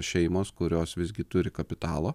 šeimos kurios visgi turi kapitalo